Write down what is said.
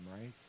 right